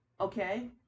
okay